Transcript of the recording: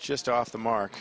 just off the mark